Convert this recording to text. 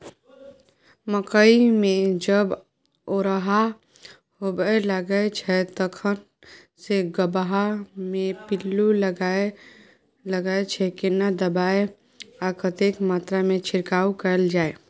मकई मे जब ओरहा होबय लागय छै तखन से गबहा मे पिल्लू लागय लागय छै, केना दबाय आ कतेक मात्रा मे छिरकाव कैल जाय?